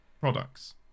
products